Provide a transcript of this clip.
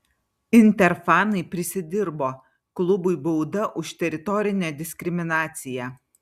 inter fanai prisidirbo klubui bauda už teritorinę diskriminaciją